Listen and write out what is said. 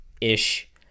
ish